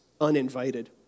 uninvited